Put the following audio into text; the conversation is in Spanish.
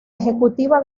ejecutiva